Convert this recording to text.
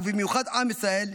ובמיוחד עם ישראל,